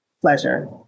pleasure